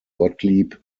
gottlieb